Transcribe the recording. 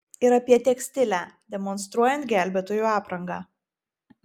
ir apie tekstilę demonstruojant gelbėtojų aprangą